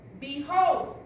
behold